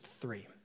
three